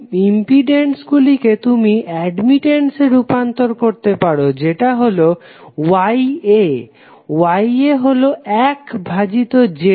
তুমি ইম্পিডেন্স গুলিকে তুমি অ্যাডমিটেন্সে রূপান্তর করতে পারো যেটা হলো YA YA হলো এক ভাজিত ZA